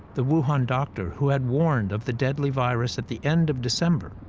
the wuhan doctor who had warned of the deadly virus at the end of december,